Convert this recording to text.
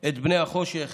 על בני החושך